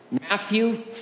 Matthew